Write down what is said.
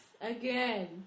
again